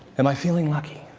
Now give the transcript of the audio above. am i feeling lucky?